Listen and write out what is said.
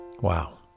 Wow